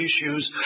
issues